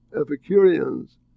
epicureans